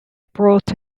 brought